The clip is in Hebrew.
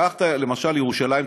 קח למשל ירושלים,